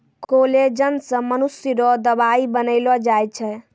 collagen से मनुष्य रो दवाई बनैलो जाय छै